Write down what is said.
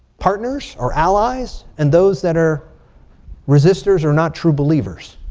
partners or allies. and those that are resistors or not true believers.